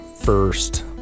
first